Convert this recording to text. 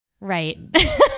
Right